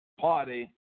party